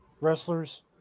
wrestlers